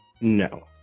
No